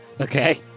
Okay